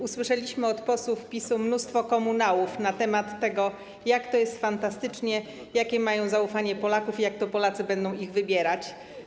Usłyszeliśmy od posłów PiS-u mnóstwo komunałów na temat tego, jak to jest fantastycznie, jakie mają zaufanie Polaków i jak to Polacy będą ich wybierać.